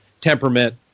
temperament